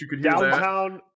downtown